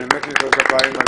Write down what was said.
באמת מגיע מחיאות כפיים.